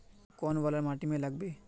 कौन वाला माटी में लागबे?